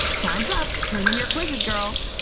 time's up! turn in your quizzes, girls!